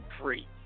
free